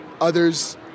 others